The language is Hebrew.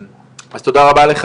אז תודה רבה לך